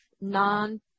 non